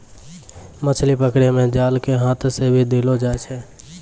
मछली पकड़ै मे जाल के हाथ से भी देलो जाय छै